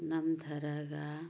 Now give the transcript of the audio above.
ꯅꯝꯊꯔꯒ